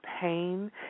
pain